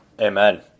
Amen